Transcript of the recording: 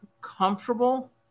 comfortable